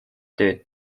tööd